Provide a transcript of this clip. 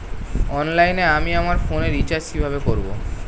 অনলাইনে আমি আমার ফোনে রিচার্জ কিভাবে করব?